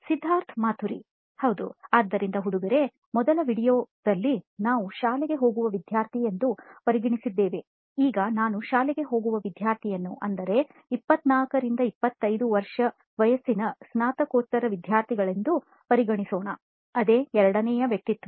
ಸಿದ್ಧಾರ್ಥ್ ಮಾತುರಿ ಹೌದು ಆದ್ದರಿಂದ ಹುಡುಗರೇ ಮೊದಲ ವೀಡಿಯೊದಲ್ಲಿ ನಾವು ಶಾಲೆಗೆ ಹೋಗುವ ವಿದ್ಯಾರ್ಥಿ ಎಂದು ಪರಿಗಣಿಸಿದ್ದೇವೆ ಈಗ ನಾವು ಕಾಲೇಜಿಗೆ ಹೋಗುವ ವಿದ್ಯಾರ್ಥಿಯನ್ನು ಅಂದರೆ 24 ರಿಂದ 25 ವರ್ಷ ವಯಸ್ಸಿನ ಸ್ನಾತಕೋತ್ತರ ವಿದ್ಯಾರ್ಥಿಗಳೆಂದು ಪರಿಗಣಿನಿಸೋಣ ಅದೇ ಎರಡನೆಯ ವ್ಯಕ್ತಿತ್ವ